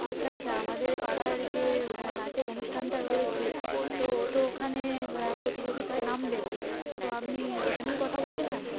আচ্ছা আচ্ছা আমাদের পাড়ার যে নাচের অনুষ্ঠানটা রয়েছে তো ও তো ওখানে প্রতিযোগিতায় নাম দেবে তো আপনি ওটা নিয়েই কথা বলতে চান